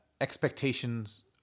expectations